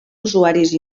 usuaris